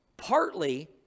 Partly